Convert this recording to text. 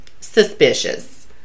suspicious